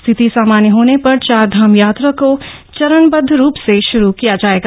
स्थिति सामान्य होने पर चारधाम यात्रा को चरणबद्व रूप से शुरू किया जायेगा